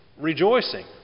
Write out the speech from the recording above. rejoicing